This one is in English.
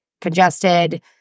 congested